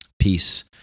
Peace